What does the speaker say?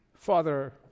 Father